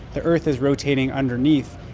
the earth is rotating underneath,